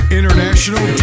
international